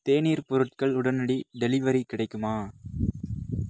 தேநீர் பொருட்கள் உடனடி டெலிவரி கிடைக்குமா